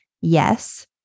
Yes